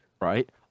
right